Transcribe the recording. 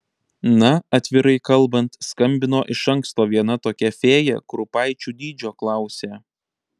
na atvirai kalbant skambino iš anksto viena tokia fėja kurpaičių dydžio klausė